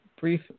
Brief